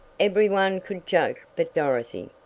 every one could joke but dorothy.